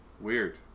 Weird